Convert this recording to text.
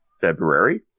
february